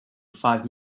five